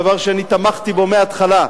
דבר שאני תמכתי בו מההתחלה,